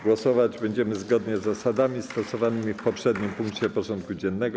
Głosować będziemy zgodnie z zasadami stosowanymi w poprzednim punkcie porządku dziennego.